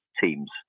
teams